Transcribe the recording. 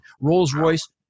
Rolls-Royce